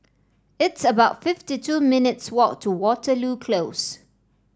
it's about fifty two minutes' walk to Waterloo Close